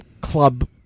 club